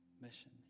mission